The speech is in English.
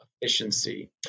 efficiency